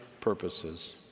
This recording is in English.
purposes